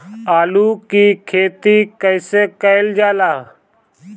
आलू की खेती कइसे कइल जाला?